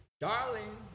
darling